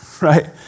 Right